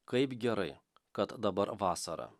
kaip gerai kad dabar vasara